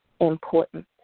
important